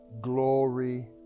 glory